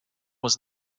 was